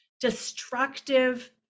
destructive